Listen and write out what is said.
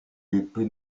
était